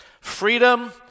Freedom